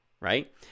right